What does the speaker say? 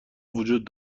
وجود